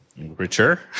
Richer